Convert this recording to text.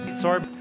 Sorry